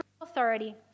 authority